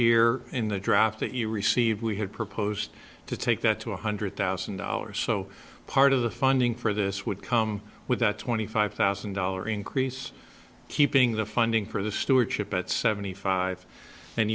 year in the draft that you received we had proposed to take that to one hundred thousand dollars so part of the funding for this would come with that twenty five thousand dollar increase keeping the funding for the stewardship at seventy five and